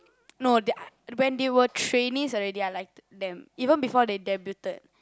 no they I when they were trainees already I liked them even before they debuted